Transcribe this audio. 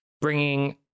bringing